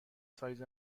سایز